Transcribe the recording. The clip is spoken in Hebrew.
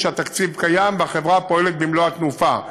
שהתקציב קיים והחברה פועלת במלוא התנופה.